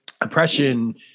oppression